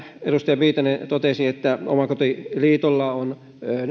edustaja viitanen totesi että omakotiliitolla on